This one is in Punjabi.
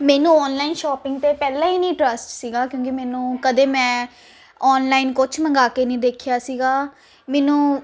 ਮੈਨੂੰ ਆਨਲਾਈਨ ਸ਼ੋਪਿੰਗ 'ਤੇ ਪਹਿਲਾਂ ਹੀ ਨਹੀਂ ਟਰੱਸਟ ਸੀਗਾ ਕਿਉਂਕਿ ਮੈਨੂੰ ਕਦੇ ਮੈਂ ਆਨਲਾਈਨ ਕੁਛ ਮੰਗਾ ਕੇ ਨਹੀਂ ਦੇਖਿਆ ਸੀਗਾ ਮੈਨੂੰ